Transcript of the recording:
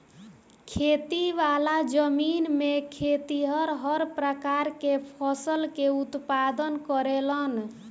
खेती वाला जमीन में खेतिहर हर प्रकार के फसल के उत्पादन करेलन